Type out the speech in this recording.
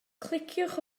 cliciwch